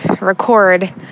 record